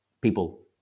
people